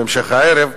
בהמשך הערב.